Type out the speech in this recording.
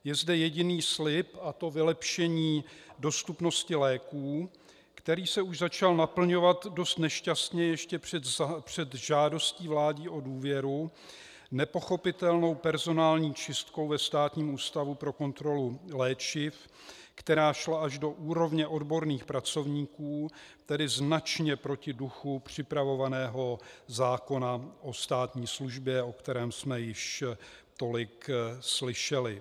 Je zde jediný slib, a to vylepšení dostupnosti léků, který se už začal naplňovat dost nešťastně ještě před žádostí vlády o důvěru nepochopitelnou personální čistkou ve Státním ústavu pro kontrolu léčiv, která šla až do úrovně odborných pracovníků, tedy značně proti duchu připravovaného zákona o státní službě, o kterém jsme již tolik slyšeli.